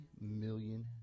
million